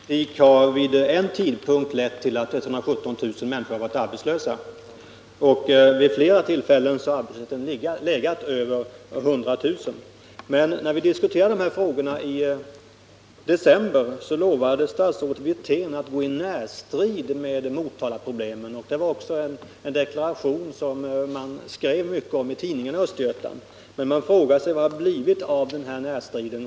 Herr talman! Jag sade att regeringens politik vid en tidpunkt har lett till att 117 000 människor varit arbetslösa. Vid flera tillfällen har arbetslösheten legat över 100 000 personer. Men när vi diskuterade de här frågorna i december lovade statsrådet Wirtén att gå i närstrid med Motalaproblemen, och det var en deklaration som man skrev mycket om i tidningarna i Östergötland. Man frågar sig vad det blivit av den här närstriden.